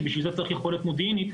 שבשביל זה צריך יכולת מודיעינית,